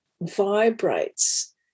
vibrates